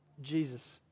Jesus